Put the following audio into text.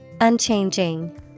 Unchanging